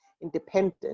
independent